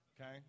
Okay